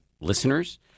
listeners